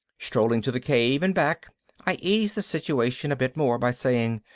strolling to the cave and back i eased the situation a bit more by saying,